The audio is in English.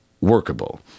workable